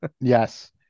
Yes